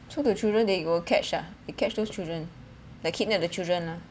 so the children they got catch ah they catch those children they kidnap the children ah